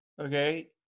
okay